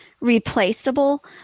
replaceable